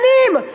שנים.